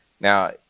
Now